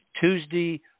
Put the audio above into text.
Tuesday